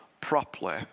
properly